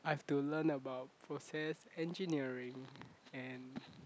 I've to learn about process engineering and